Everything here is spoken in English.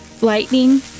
lightning